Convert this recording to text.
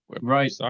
Right